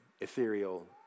ethereal